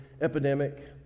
epidemic